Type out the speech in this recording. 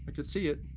but could see it.